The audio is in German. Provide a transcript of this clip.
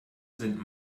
sind